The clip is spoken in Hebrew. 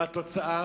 מה התוצאה,